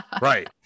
Right